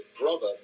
brother